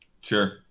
Sure